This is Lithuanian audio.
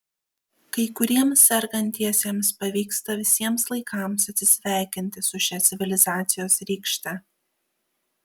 kai kuriems sergantiesiems pavyksta visiems laikams atsisveikinti su šia civilizacijos rykšte